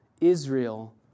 Israel